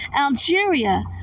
Algeria